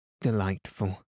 Delightful